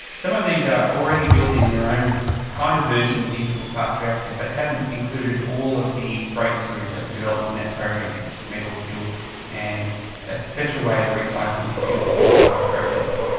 some of these are already building their own kind of versions of the integral fast reactor but haven't included all of the breakthroughs that were developed in that program such as metal fuel and a special way of recycling the fuel called pyroprocessing.